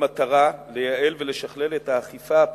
במטרה לייעל ולשכלל את האכיפה הפלילית,